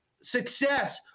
Success